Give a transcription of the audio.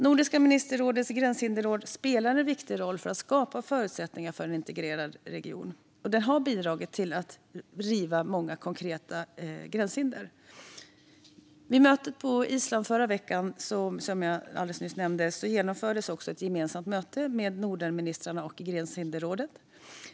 Nordiska ministerrådets gränshinderråd spelar en viktig roll för att skapa förutsättningar för en integrerad region och har bidragit till att riva många konkreta gränshinder. Vid mötet på Island i förra veckan genomfördes ett gemensamt möte mellan Nordenministrarna och Gränshinderrådet.